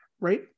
right